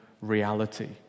Reality